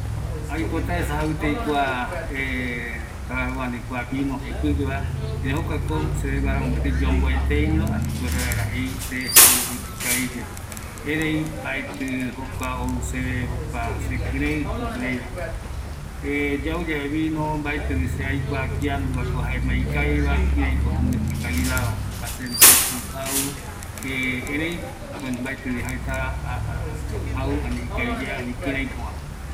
Aipotaesa jau vino ikavigue, jepigue, erei kuako jae mopetï yomboeteiño, erei mbaetɨ ou seve jukuraï sekɨreɨva, mbaetɨvi se aikua kianungako jae vino ikavigue, seve oyovakei kuareta